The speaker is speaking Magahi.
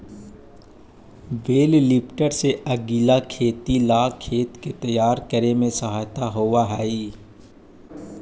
बेल लिफ्टर से अगीला खेती ला खेत के तैयार करे में सहायता होवऽ हई